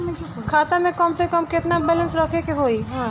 खाता में कम से कम केतना बैलेंस रखे के होईं?